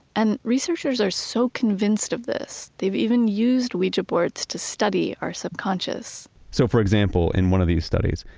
and researchers are so convinced of this they've even used ouija boards to study our subconscious so for example, in one of these studies,